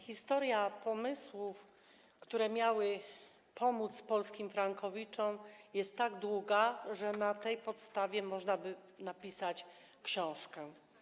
Historia pomysłów, które miały pomóc polskim frankowiczom, jest tak długa, że na tej podstawie można by napisać książkę.